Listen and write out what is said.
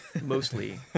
Mostly